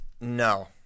no